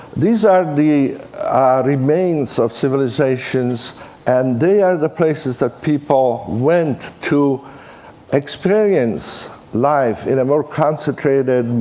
these are the remains of civilizations and they are the places that people went to experience life in a more concentrated,